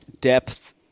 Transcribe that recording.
depth